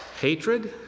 hatred